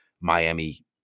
miami